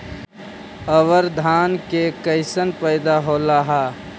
अबर धान के कैसन पैदा होल हा?